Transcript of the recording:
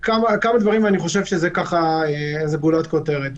כמה דברים ואני חושב שזה גולת הכותרת.